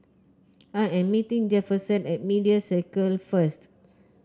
I am meeting Jefferson at Media Circle first